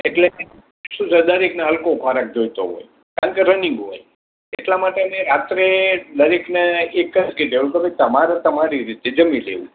એટલે શું છે દરેકને હલકો ખોરાક જોઈતો હોય કારણકે રનિંગ હોય એટલા માટે અમે રાત્રે દરેકને એક જ કીધેલું કે ભાઈ તમારે તમારી રીતે જમી લેવું